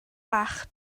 bach